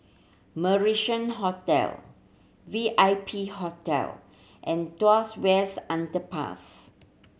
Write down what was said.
Marrison Hotel VIP Hotel and Tuas West Underpass